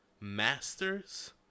master's